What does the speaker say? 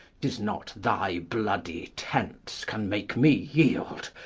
tis not thy bloody tents can make me yield,